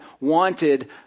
wanted